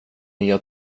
nya